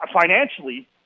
Financially